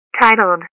titled